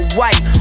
white